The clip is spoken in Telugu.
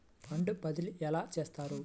ఫండ్ బదిలీ ఎలా చేస్తారు?